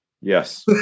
Yes